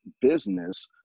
business